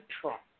Trump